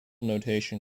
notation